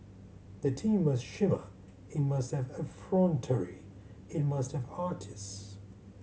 the team must shimmer it must have effrontery it must have artist